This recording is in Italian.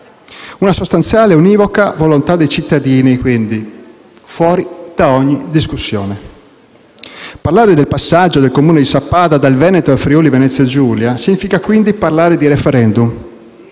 Una sostanzialmente univoca volontà dei cittadini, quindi, fuori da ogni discussione. Parlare del passaggio del Comune di Sappada dal Veneto al Friuli-Venezia Giulia significa, quindi, parlare di *referendum*